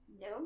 No